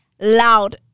loud